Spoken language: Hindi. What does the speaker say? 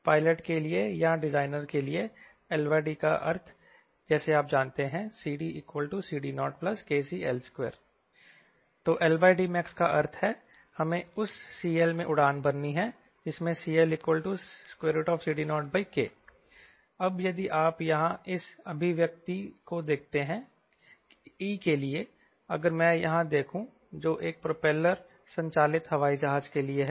पायलट के लिए या डिजाइनर के लिए LDmax का अर्थ जैसे आप जानते हैं CDCD0kCL2 तो LDmax का अर्थ है हमें उस CL मैं उड़ान भरनी है जिसमें CLCD0K अब यदि आप यहां इस अभिव्यक्ति को देखते हैं E के लिए अगर मैं यहां देखूं जो एक प्रोपेलर संचालित हवाई जहाज के लिए है